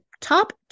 top